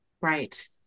Right